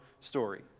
story